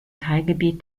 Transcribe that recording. teilgebiet